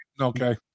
Okay